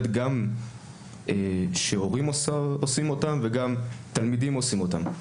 גם כשהורים עושים אותם וגם תלמידים עושים אותם.